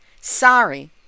Sorry